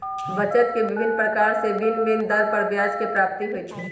बचत के विभिन्न प्रकार से भिन्न भिन्न दर पर ब्याज के प्राप्ति होइ छइ